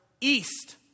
East